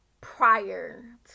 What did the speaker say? prior